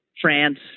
France